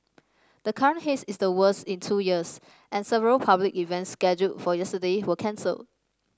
the current haze is the worst in two years and several public events scheduled for yesterday were cancelled